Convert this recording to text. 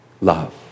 love